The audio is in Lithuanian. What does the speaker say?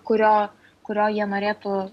kurio kurio jie norėtų